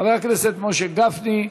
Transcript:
חבר הכנסת משה גפני,